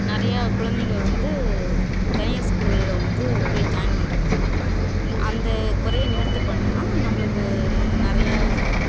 நிறைய குழந்தைங்க வந்து தனியார் ஸ்கூல்ல வந்து போய் ஜாயின் பண்ணுறாங்க அந்த குறையை நிவர்த்தி பண்ணணுன்னா நம்மளுக்கு நிறைய